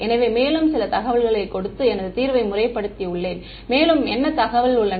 எனவே மேலும் சில தகவல்களைக் கொடுத்து எனது தீர்வை முறைப்படுத்தியுள்ளேன் மேலும் என்ன தகவல் உள்ளன